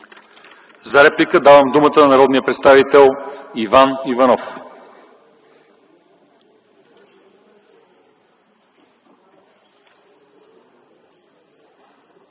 За реплика давам думата на народния представител Иван Иванов.